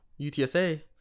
UTSA